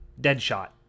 Deadshot